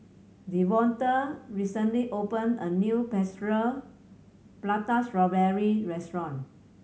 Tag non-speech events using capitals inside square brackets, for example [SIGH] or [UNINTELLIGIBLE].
Devonta recently opened a new [UNINTELLIGIBLE] Prata Strawberry restaurant